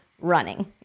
running